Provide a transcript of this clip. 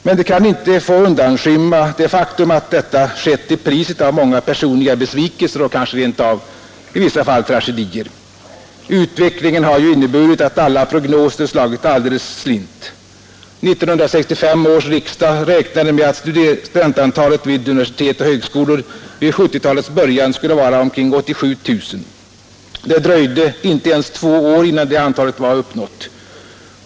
Men det kan inte få undanskymma det faktum att detta skett till priset av många personliga besvikelser och kanske i vissa fall tragedier. Utvecklingen har ju inneburit att alla prognoser slagit alldeles slint. 1965 års riksdag räknade med att studentantalet vid universitet och högskolor vid 1970-talets början skulle vara omkring 87 000. Det dröjde inte ens två år innan det antalet var uppnått.